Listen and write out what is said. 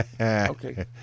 Okay